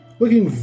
looking